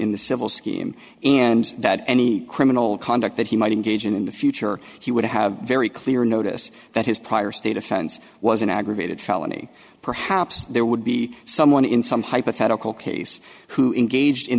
in the civil scheme and that any criminal conduct that he might engage in in the future he would have a very clear notice that his prior state offense was an aggravated felony perhaps there would be someone in some hypothetical case who engaged in